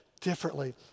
differently